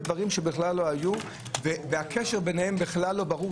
דברים שלא היו והקשר ביניהם בכלל לא ברור,